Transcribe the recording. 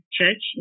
Church